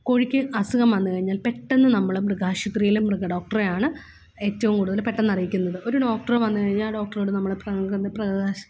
കോഴിക്ക് അസുഖം വന്നുകഴിഞ്ഞാൽ പെട്ടെന്ന് നമ്മള് മൃഗാശുപത്രീലെ മൃഗഡോക്റ്ററെയാണ് ഏറ്റവും കൂടുതൽ പെട്ടെന്നറിയിക്കുന്നത് ഒരു ഡോക്ടർ വന്ന് കഴിഞ്ഞാല് ഡോക്ടറോട് നമ്മള് പ്ര പ്രശ്